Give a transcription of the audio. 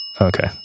okay